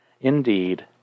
indeed